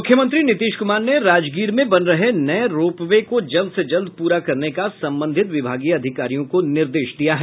मुख्यमंत्री नीतीश कुमार ने राजगीर में बन रहे नये रोपवे को जल्द से जल्द पूरा करने का संबंधित विभागीय अधिकारियों को निर्देश दिया है